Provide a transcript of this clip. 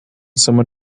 someone